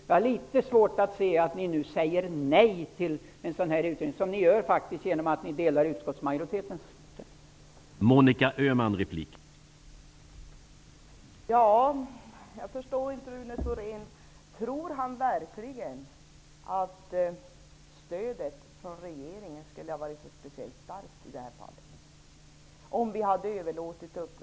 Jag har litet svårt att se att ni nu säger nej till regeringens och arbetsmarknadens parters utredning, vilket ni gör genom att ni delar utskottsmajoritetens uppfattning.